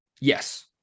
Yes